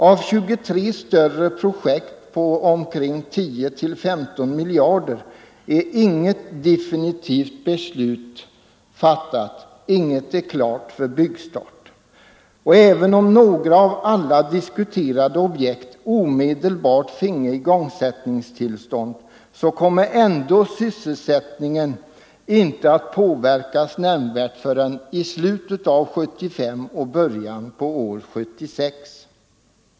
För 23 större projekt på omkring 10-15 miljarder kronor är inget definitivt beslut fattat, inget av dem är klart för byggstart. Även om några av alla diskuterade objekt omedelbart finge igångsättningstillstånd, skulle sysselsättningen ändå inte komma att påverkas nämnvärt förrän i slutet av 1975 och i början på år 1976.